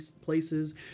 places